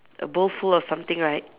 a bowl full of something right